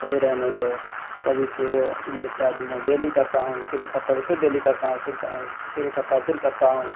صحیح رہنے سے کبھی پھر میں ڈیلی کرتا ہوں پھر اکھڑتا ہے تو پھر ڈیلی کرتا ہوں پھر اکھڑتا ہے تو پھر کرتا ہوں